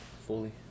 fully